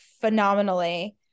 phenomenally